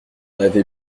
avez